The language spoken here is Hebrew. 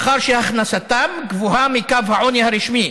מאחר שהכנסתם גבוהה מקו העוני הרשמי,